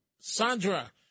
Sandra